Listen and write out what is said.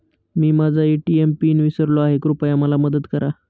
मी माझा ATM PIN विसरलो आहे, कृपया मला मदत करा